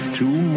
two